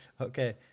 Okay